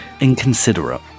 Inconsiderate